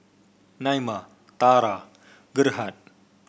Naima Tarah Gerhard